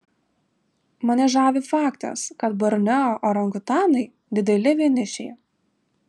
mane žavi faktas kad borneo orangutanai dideli vienišiai